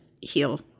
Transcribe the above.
heal